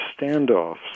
standoffs